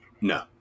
No